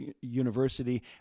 university